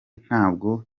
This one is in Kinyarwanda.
ntabwo